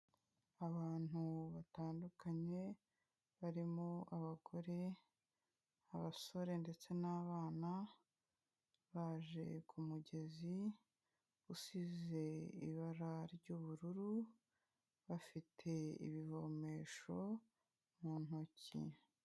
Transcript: Abantu batandukanye barimo abagore, abasore ndetse n'abana baje ku mugezi usize ibara ry'ubururu bafite ibivomesho mu ntoki.